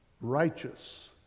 righteous